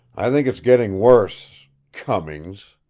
i think it's getting worse cummings!